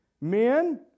Men